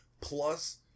plus